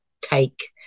take